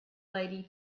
lady